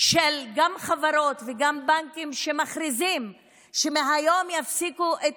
גם של חברות וגם של בנקים שמכריזים שמהיום יפסיקו את